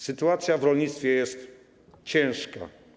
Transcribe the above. Sytuacja w rolnictwie jest ciężka.